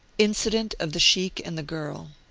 incident of the sheikh and the girl.